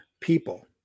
people